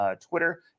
Twitter